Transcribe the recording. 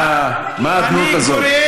מה האדנות הזאת?